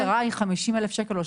אבל כשכל התראה היא 50,000 שקל.